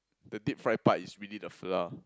the deep fried part is really the flour